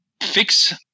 fix